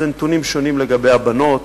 הנתונים שונים לגבי הבנות,